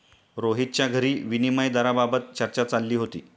रोहितच्या घरी विनिमय दराबाबत चर्चा चालली होती